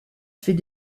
fait